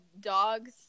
dog's